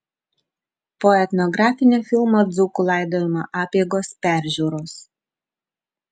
po etnografinio filmo dzūkų laidojimo apeigos peržiūros